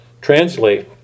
translate